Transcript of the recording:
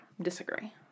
Disagree